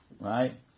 right